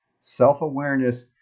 self-awareness